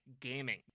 gaming